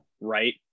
right